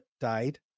died